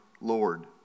Lord